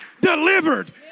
delivered